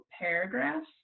paragraphs